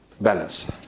balance